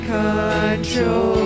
control